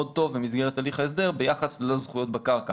טוב במסגרת הליך ההסדר ביחס לזכויות בקרקע.